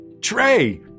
Trey